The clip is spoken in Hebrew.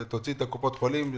ותוציאי את קופות החולים.